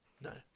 no